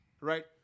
right